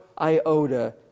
iota